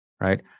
right